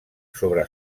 sobre